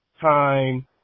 time